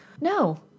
No